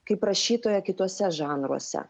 kaip rašytoją kituose žanruose